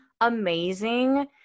amazing